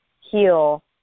heal